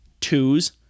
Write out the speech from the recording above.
twos